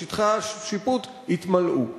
כי שטחי השיפוט התמלאו.